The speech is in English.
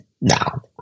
now